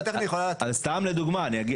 היא יכולה לתת סיוע טכני.